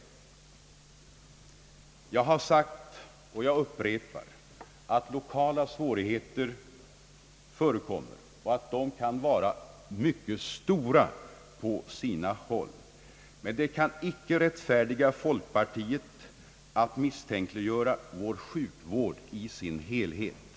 Jag har sagt, och jag upprepar, att lokala svårigheter förekommer och att de kan vara mycket stora på sina håll. De kan dock inte berättiga folkpartiet att misstänkliggöra vår sjukvård i dess helhet.